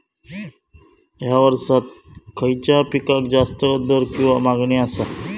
हया वर्सात खइच्या पिकाक जास्त दर किंवा मागणी आसा?